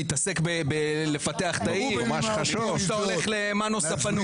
תתעסק בלפתח את העיר במקום שאתה הולך למנו ספנות.